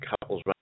couples